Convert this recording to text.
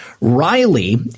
Riley